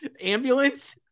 Ambulance